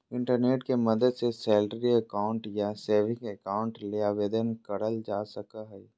internet के मदद से सैलरी अकाउंट या सेविंग अकाउंट ले आवेदन करल जा सको हय